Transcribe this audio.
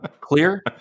clear